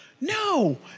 No